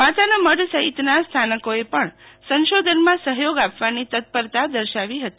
માતાનામઢ સહિતના સ્થાનકોએ પણ સંશોધનમાં સહયોગ આપવાની તત્પરતા દર્શાવી હતી